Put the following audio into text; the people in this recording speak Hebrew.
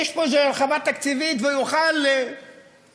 יש פה הרחבה תקציבית והוא יוכל להיכנס